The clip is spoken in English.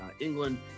england